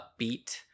upbeat